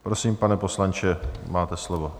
Prosím, pane poslanče, máte slovo.